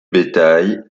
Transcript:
bétail